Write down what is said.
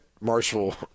marshall